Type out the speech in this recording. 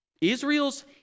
Israel's